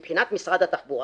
מבחינת משרד התחבורה